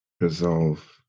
resolve